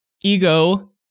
ego